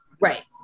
right